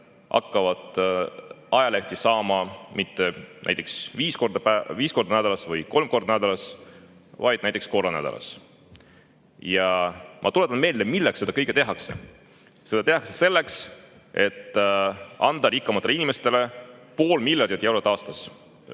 inimesed ajalehti saama mitte viis korda nädalas või kolm korda nädalas, vaid näiteks korra nädalas. Ma tuletan meelde, milleks seda kõike tehakse. Seda tehakse selleks, et anda rikkamatele inimestele pool miljardit eurot aastas